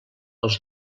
els